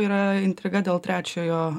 yra intriga dėl trečiojo